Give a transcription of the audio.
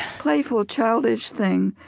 playful, childish thing.